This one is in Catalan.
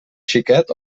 xiquet